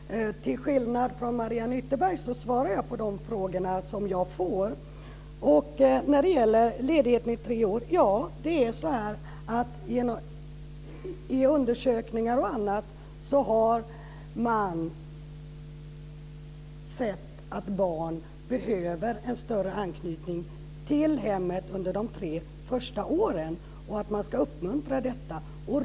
Fru talman! Till skillnad från Mariann Ytterberg svarar jag på de frågor jag får. När det gäller ledigheten i tre år vill jag säga att det är så att man i undersökningar och annat har sett att barn behöver en större anknytning till hemmet under de tre första åren och att man ska uppmuntra detta.